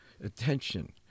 attention